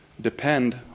depend